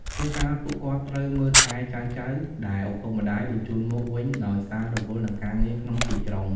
ជួនកាល ពួកគាត់ត្រូវមើលថែចៅៗដែលឪពុកម្ដាយបញ្ជូនមកវិញដោយសាររវល់នឹងការងារក្នុងទីក្រុង។